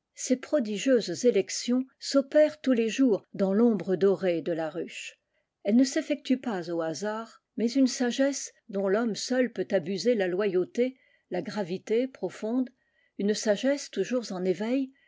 ces prodigieuses élections s'opèrent tous les jours dans l'ombre dorée de la ruche elles ne s'effectuent pas au hasard mais une sagesse dont rhomme seul peut abuser la loyauté la gravité profondes une sagesse toujours en éveil